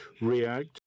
react